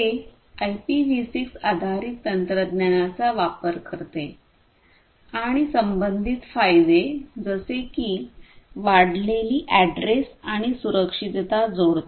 हे आयपीव्ही 6 आधारित तंत्रज्ञानाचा वापर करते आणि संबंधीत फायदे जसे की वाढलेली ऍड्रेस आणि सुरक्षितता जोडते